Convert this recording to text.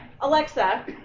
Alexa